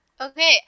Okay